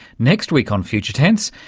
next week on future tense,